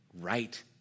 right